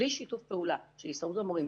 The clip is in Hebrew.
בלי שיתוף פעולה של הסתדרות המורים,